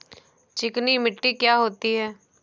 चिकनी मिट्टी क्या होती है?